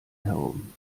herum